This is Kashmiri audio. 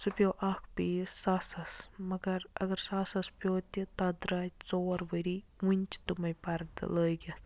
سُہ پیٚو اکھ پیٖس ساسَس مگر اگر ساسَس پیٚو تہِ تتھ درٛاے ژور ؤری وٕنتہِ چھِ تمے پَردٕ لٲگِتھ